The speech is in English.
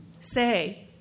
say